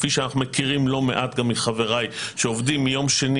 כפי שאנחנו מכירים לא מעט גם מחבריי שעובדים מיום שני